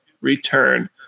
return